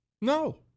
No